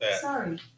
Sorry